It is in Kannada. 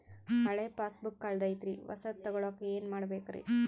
ಹಳೆ ಪಾಸ್ಬುಕ್ ಕಲ್ದೈತ್ರಿ ಹೊಸದ ತಗೊಳಕ್ ಏನ್ ಮಾಡ್ಬೇಕರಿ?